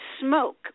smoke